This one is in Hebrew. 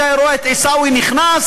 רק היה רואה את עיסאווי נכנס,